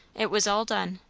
it was all done,